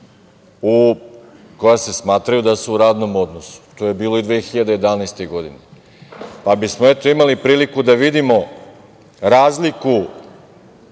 koja se smatraju da su u radnom odnosu. To je bilo i 2011. godine, pa bismo, eto, imali priliku da vidimo razliku